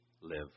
live